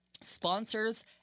sponsors